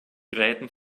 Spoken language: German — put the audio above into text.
gräten